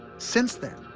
since then,